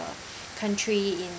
uh country in